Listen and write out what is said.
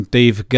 Dave